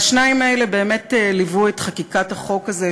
והשניים האלה באמת ליוו את חקיקת החוק הזה,